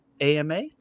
AMA